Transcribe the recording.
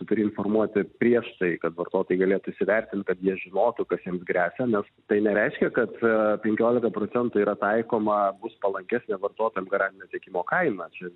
tu turi informuoti prieš tai kad vartotojai galėtų įsivertint kad jie žinotų kas jiems gresia nes tai nereiškia kad penkiolika procentų yra taikoma bus palankesnė vartotojam garantinio tiekimo kaina čia